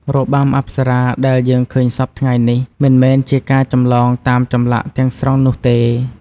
របាំអប្សរាដែលយើងឃើញសព្វថ្ងៃនេះ មិនមែនជាការចម្លងតាមចម្លាក់ទាំងស្រុងនោះទេ។